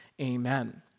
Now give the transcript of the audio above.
Amen